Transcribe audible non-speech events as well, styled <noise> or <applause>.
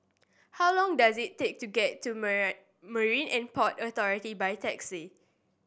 how long does it take to get to <unintelligible> Marine And Port Authority by taxi